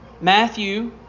Matthew